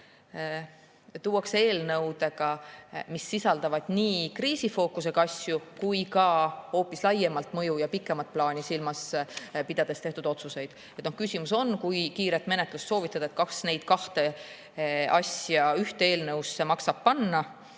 eelnõudega, mis sisaldavad nii kriisifookusega asju kui ka hoopis laiemat mõju ja pikemat plaani silmas pidades tehtud otsuseid. Küsimus on, et kui soovitakse kiiret menetlust, siis kas maksab neid kahte asja ühte eelnõusse panna